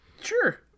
Sure